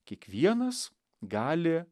kiekvienas gali